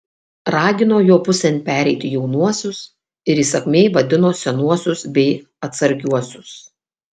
ragino jo pusėn pereiti jaunuosius ir įsakmiai vadino senuosius bei atsargiuosius